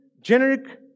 generic